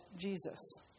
Jesus